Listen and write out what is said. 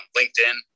LinkedIn